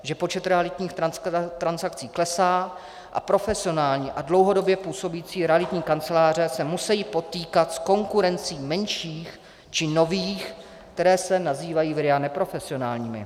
Že počet realitních transakcí klesá a profesionální a dlouhodobě působící realitní kanceláře se musejí potýkat s konkurencí menších či nových, které se nazývají v RIA neprofesionálními.